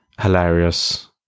hilarious